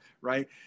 right